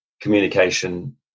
communication